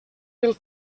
pel